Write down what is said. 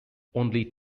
only